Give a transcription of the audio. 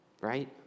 Right